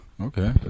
okay